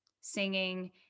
singing